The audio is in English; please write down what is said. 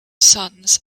sons